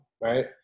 right